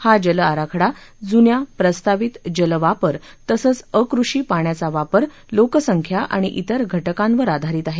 हा जल आराखडा जून्या प्रस्तावित जल वापर तसंच अकृषी पाण्याचा वापर लोकसंख्या आणि इतर घटकांवर आधारित आहे